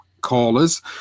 callers